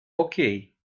okay